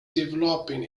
developing